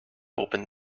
open